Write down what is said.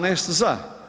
18 za.